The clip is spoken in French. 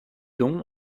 don